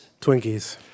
Twinkies